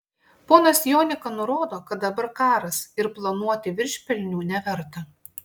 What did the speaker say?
ponas jonika nurodo kad dabar karas ir planuoti viršpelnių neverta